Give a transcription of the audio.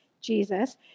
Jesus